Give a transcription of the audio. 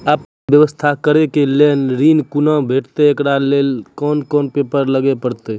आपन व्यवसाय करै के लेल ऋण कुना के भेंटते एकरा लेल कौन कौन पेपर दिए परतै?